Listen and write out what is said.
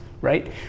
right